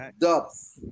Dubs